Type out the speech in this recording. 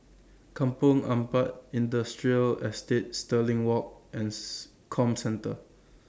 Kampong Ampat Industrial Estate Stirling Walk and Comcentre